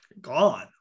Gone